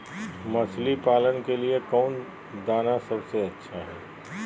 मछली पालन के लिए कौन दाना सबसे अच्छा है?